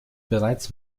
bereits